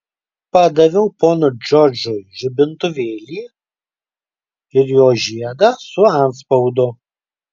padaviau ponui džordžui žibintuvėlį ir jo žiedą su antspaudu